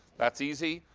that's easy.